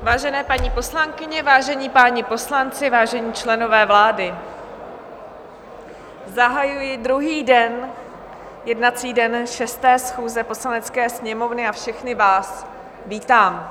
Vážené paní poslankyně, vážení páni poslanci, vážení členové vlády, zahajuji druhý jednací den 6. schůze Poslanecké sněmovny a všechny vás vítám.